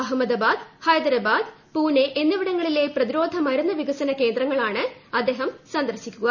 അഹമ്മദാബാദ് ഹൈദരാബാദ് പൂനെ എന്നിവിടങ്ങളിലെ പ്രതിരോധമരുന്ന് വികസന കേന്ദ്രങ്ങളാണ് അദ്ദേഹം സന്ദർശിക്കുക